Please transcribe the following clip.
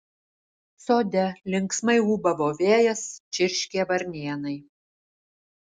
sode linksmai ūbavo vėjas čirškė varnėnai